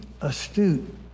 astute